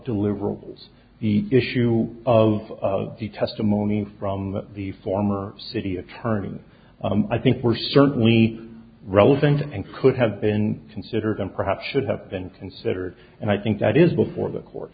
deliverables the issue of the testimony from the former city attorney i think were certainly relevant and could have been considered and perhaps should have been considered and i think that is before the court